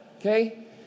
Okay